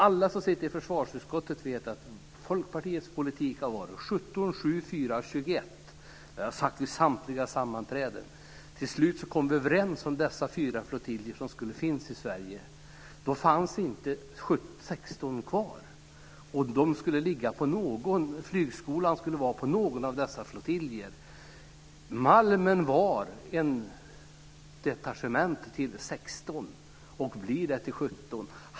Alla som sitter i försvarsutskottet vet att Folkpartiets politik har varit, F 17, F 7, F 4, F 21. Det har jag sagt vid samtliga sammanträden. Till slut kom vi överens att dessa fyra flottiljer skulle finnas i Sverige. Då fanns inte F 16 kvar. Flygskolan skulle förläggas till någon av dessa flottiljer. Malmen var ett detachement till F 16 och blir det nu till F 17.